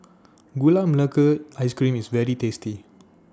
Gula Melaka Ice Cream IS very tasty